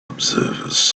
observers